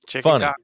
Funny